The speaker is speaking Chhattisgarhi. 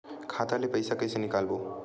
खाता ले पईसा कइसे निकालबो?